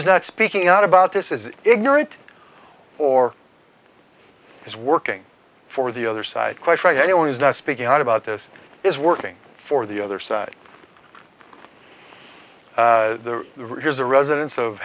is not speaking out about this is ignorant or is working for the other side question anyone is now speaking out about this is working for the other side reveres the residents of